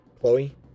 Chloe